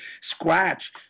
scratch